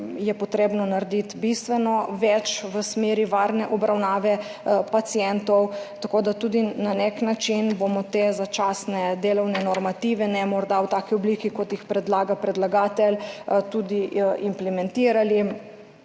treba narediti bistveno več v smeri varne obravnave pacientov, tako da tudi na nek način bomo te začasne delovne normative, morda ne v taki obliki, kot jih predlaga predlagatelj, tudi implementirali.